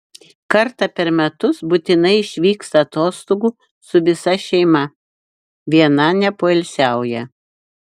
kartą per metus būtinai išvyksta atostogų su visa šeima viena nepoilsiauja